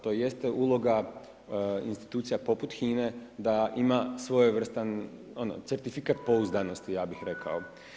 To jeste uloga institucija poput HINA-e da ima svojevrstan certifikat pouzdanosti, ja bih rekao.